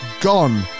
gone